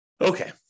Okay